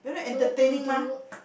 to to to